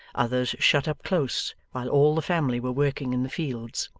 others shut up close while all the family were working in the fields.